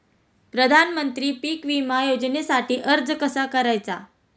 प्रधानमंत्री पीक विमा योजनेसाठी अर्ज कसा करायचा?